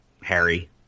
Harry